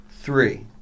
Three